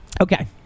Okay